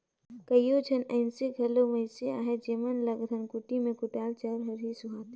कइयो झन अइसे घलो मइनसे अहें जेमन ल धनकुट्टी में कुटाल चाँउर हर ही सुहाथे